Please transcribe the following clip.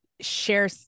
share